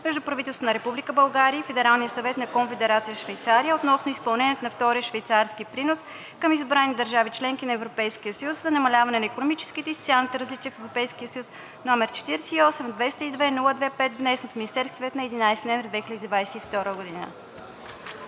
между правителството на Република България и Федералния съвет на Конфедерация Швейцария относно изпълнението на Втория швейцарски принос към избрани държави – членки на Европейския съюз, за намаляване на икономическите и социалните различия в Европейския съюз, № 48-202-02-5, внесен от Министерския съвет на 11 ноември 2022 г.“